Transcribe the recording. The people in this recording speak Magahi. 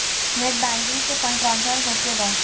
नेट बैंकिंग से फंड ट्रांसफर होखें बा?